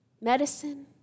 Medicine